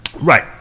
Right